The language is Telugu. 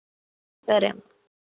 సరే అమ్మ